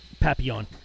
papillon